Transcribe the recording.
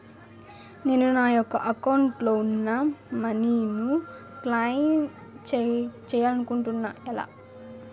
నేను నా యెక్క అకౌంట్ లో ఉన్న మనీ ను క్లైమ్ చేయాలనుకుంటున్నా ఎలా?